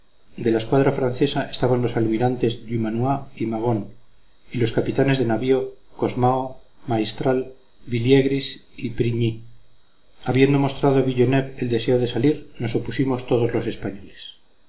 de la escuadra francesa estaban los almirantes dumanoir y magon y los capitanes de navío cosmao maistral villiegris y prigny habiendo mostrado villeneuve el deseo de salir nos opusimos todos los españoles